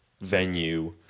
venue